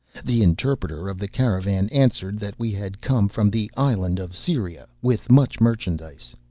the interpreter of the caravan answered that we had come from the island of syria with much merchandise.